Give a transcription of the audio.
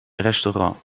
restaurant